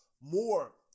more